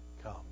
come